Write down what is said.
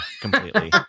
completely